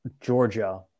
Georgia